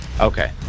Okay